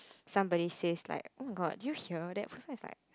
somebody says like oh-my-god did you hear that person is like